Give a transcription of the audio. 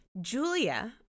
Julia